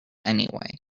anyway